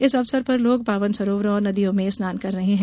इस अवसर पर लोग पावन सरोवरों और नदियों में स्नान कर रहे हैं